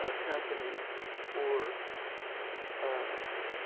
ah companies for um